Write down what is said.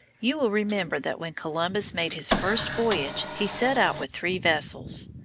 you will remember that when columbus made his first voyage he set out with three vessels.